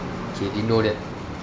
K didn't know that